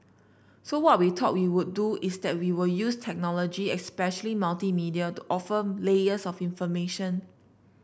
so what we thought we would do is that we will use technology especially multimedia to offer layers of information